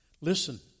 Listen